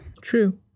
True